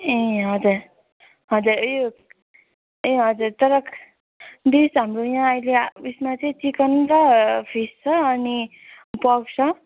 ए हजुर हजुर ए ए हजुर तर त्यही त हाम्रो यहाँ अहिले यसमा चाहिँ चिकन र फिस छ अनि पोर्क छ